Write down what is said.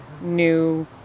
new